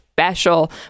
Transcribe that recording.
special